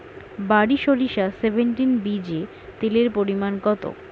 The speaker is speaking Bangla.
বারি সরিষা সেভেনটিন বীজে তেলের পরিমাণ কত?